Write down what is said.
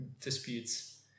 disputes